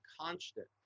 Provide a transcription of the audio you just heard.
constant